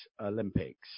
Olympics